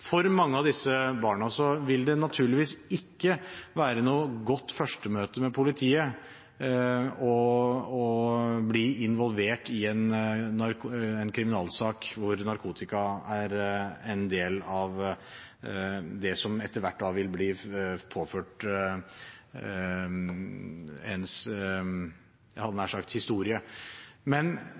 For mange av disse barna vil det naturligvis ikke være noe godt førstemøte med politiet å bli involvert i en kriminalsak hvor narkotika er en del av det, som etter hvert da vil bli påført ens – jeg hadde nær sagt – historie. Men